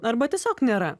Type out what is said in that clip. arba tiesiog nėra